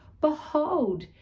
behold